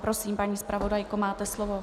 Prosím, paní zpravodajko, máte slovo.